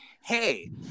hey